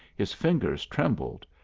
his fingers trembled,